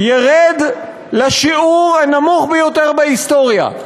ירד לשיעור הנמוך ביותר בהיסטוריה: